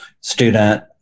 student